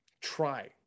try